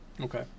Okay